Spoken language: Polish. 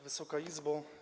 Wysoka Izbo!